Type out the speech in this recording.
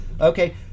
okay